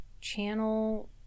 channel